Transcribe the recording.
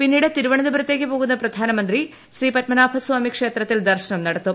പിന്നീട് തിരുവനന്തപുരത്തേക്ക് പോകുന്ന പ്രധാനമന്ത്രി ശ്രീപദ്മനാഭക്ഷേത്രത്തിൽ ദർശനം നടത്തും